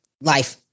life